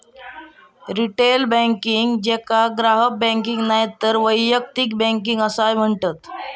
retail banking, जेका ग्राहक banking नायतर वैयक्तिक बँकिंग असाय म्हणतत